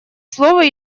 слово